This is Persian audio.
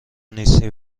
نیستی